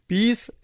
Peace